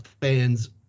fans